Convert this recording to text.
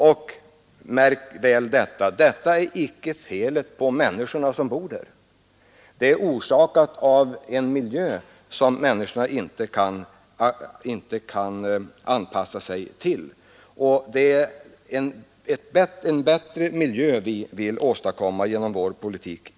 Och märk väl, detta beror inte på att det är fel på människorna som bor där — det beror på att miljön är sådan att människorna inte kan anpassa sig. Det är en bättre miljö inte minst i storstäderna som vi vill åstadkomma genom vår politik.